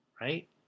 right